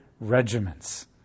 regiments